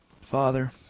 Father